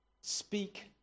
Speak